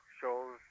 shows